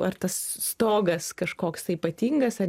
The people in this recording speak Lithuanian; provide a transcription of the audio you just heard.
ar tas stogas kažkoks ypatingas ar